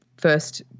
first